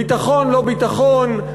ביטחון לא ביטחון,